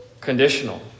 conditional